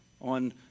on